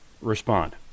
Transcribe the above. respond